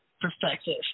perspective